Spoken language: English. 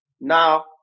now